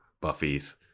Buffy's